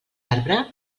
arbre